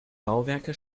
bauwerke